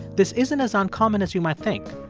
this isn't as uncommon as you might think,